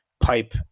pipe